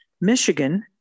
Michigan